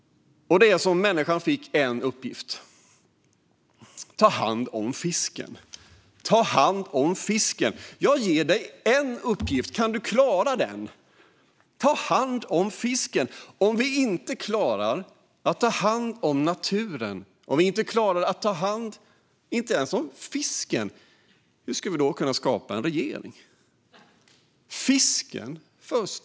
Det är som att människan fick en uppgift: Ta hand om fisken! Jag ger dig en uppgift. Kan du klara den? Ta hand om fisken! Om vi inte klarar att ta hand om naturen och om vi inte ens klarar att ta hand om fisken, hur ska vi då kunna skapa en regering? Fisken först.